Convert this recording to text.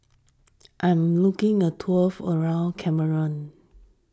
I am looking a tour for around Cameroon